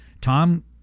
Tom